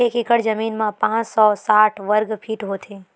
एक एकड़ जमीन मा पांच सौ साठ वर्ग फीट होथे